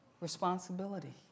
responsibility